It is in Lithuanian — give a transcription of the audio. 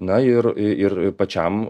na ir ir pačiam